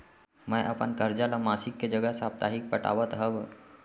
मै अपन कर्जा ला मासिक के जगह साप्ताहिक पटावत हव